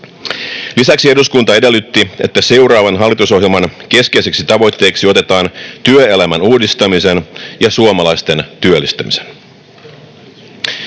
Lisäksi eduskunta edellytti, että seuraavan hallitusohjelman keskeiseksi tavoitteeksi otetaan työelämän uudistaminen ja suomalaisten työllistäminen.